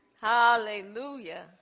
Hallelujah